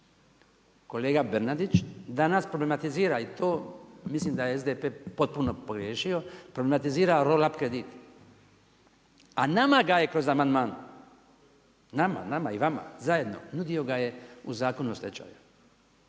Kolega Bernardić danas problematizira i to mislim da je SDP potpuno pogriješio, problematizira rollup kredit, a nama ga je kroz amandman, nama i vama zajedno nudio ga je u Zakonu o stečaju,